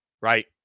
right